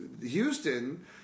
Houston